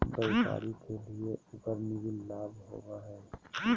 व्यापारी के लिए उकर निवल लाभ होबा हइ